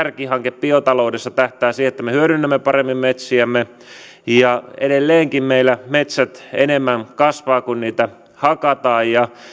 kärkihanke biotaloudessa tähtää siihen että me hyödynnämme paremmin metsiämme edelleenkin meillä metsät enemmän kasvavat kun niitä hakataan ja